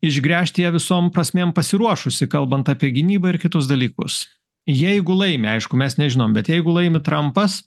išgręžti ją visom prasmėm pasiruošusi kalbant apie gynybą ir kitus dalykus jeigu laimi aišku mes nežinom bet jeigu laimi trampas